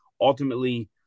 ultimately